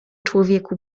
człowieku